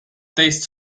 taste